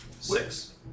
Six